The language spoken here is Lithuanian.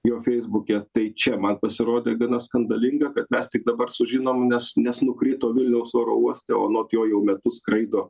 jo feisbuke tai čia man pasirodė gana skandalinga kad mes tik dabar sužinom nes nes nukrito vilniaus oro uoste o anot jo jau metus skraido